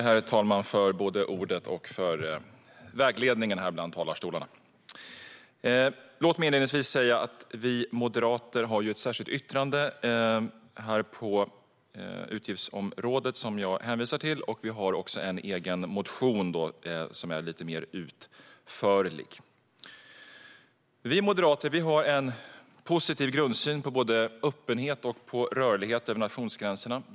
Herr talman! Låt mig inledningsvis säga att vi moderater har ett särskilt yttrande om utgiftsområdet som jag hänvisar till, och vi har också en egen motion som är lite mer utförlig. Vi moderater har en positiv grundsyn på både öppenhet och rörlighet över nationsgränserna.